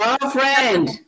Girlfriend